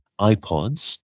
iPods